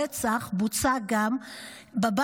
מאחר שהרצח בוצע בבית,